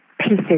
pieces